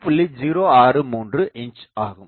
063 inch ஆகும்